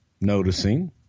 noticing